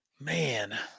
Man